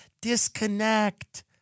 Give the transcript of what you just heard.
Disconnect